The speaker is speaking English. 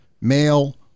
male